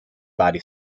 body